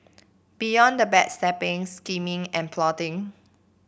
beyond the backstabbing scheming and plotting